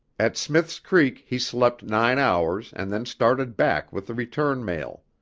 at smith's creek he slept nine hours and then started back with the return mail.